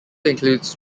includes